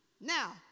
now